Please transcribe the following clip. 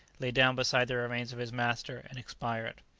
lay down beside the remains of his master, and expired.